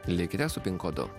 likite su pin kodu